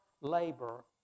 labor